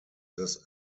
this